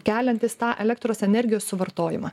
keliantys tą elektros energijos suvartojimą